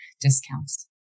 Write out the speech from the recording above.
discounts